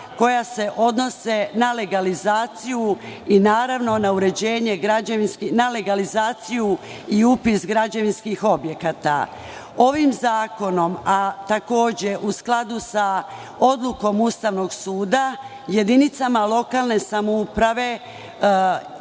koja se odnose na legalizaciju i upis građevinskih objekata. Ovim zakonom, a takođe u skladu sa odlukom Ustavnog suda, jedinicama lokalne samouprave